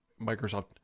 Microsoft